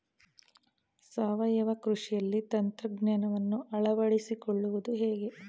ಸಾವಯವ ಕೃಷಿಯಲ್ಲಿ ತಂತ್ರಜ್ಞಾನವನ್ನು ಅಳವಡಿಸಿಕೊಳ್ಳುವುದು ಹೇಗೆ?